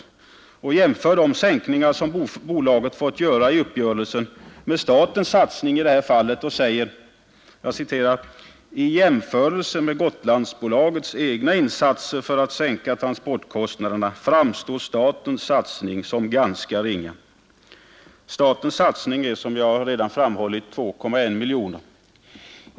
Motionärerna jämför de sänkningar, som bolaget fått göra i uppgörelsen, med statens satsning och säger: ”I jämförelse med Gotlandsbolagets egna insatser för att sänka transportkostnaderna framstår statens satsning som ganska ringa.” Statens satsning är som jag redan framhållit 2,1 miljoner.